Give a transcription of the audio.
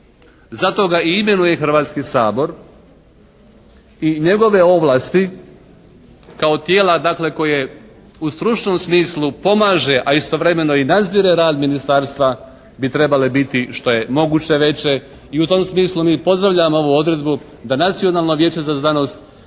Zato ga i imenuje Hrvatski sabor. I njegove ovlasti, kao tijela dakle koje u stručnom smislu pomaže, a istovremeno i nazire rad ministarstva bi trebale biti što je moguće veće. I u tom smisli mi pozdravljamo ovu odredbu da Nacionalno vijeće za znanost